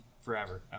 forever